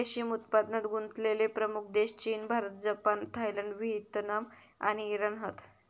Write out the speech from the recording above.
रेशीम उत्पादनात गुंतलेले प्रमुख देश चीन, भारत, जपान, थायलंड, व्हिएतनाम आणि इराण हत